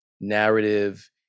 narrative